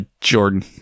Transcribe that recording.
jordan